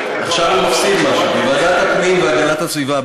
עכשיו הוא מפסיד משהו: בוועדת הפנים והגנת הסביבה,